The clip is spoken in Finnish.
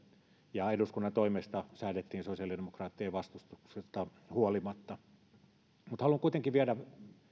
ja eduskunnan toimesta säädettiin sosiaalidemokraattien vastustuksesta huolimatta haluan kuitenkin myös viedä